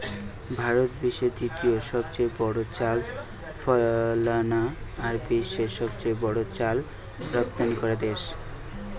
ভারত বিশ্বের দ্বিতীয় সবচেয়ে বড় চাল ফলানা আর বিশ্বের সবচেয়ে বড় চাল রপ্তানিকরা দেশ